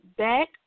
back